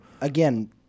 Again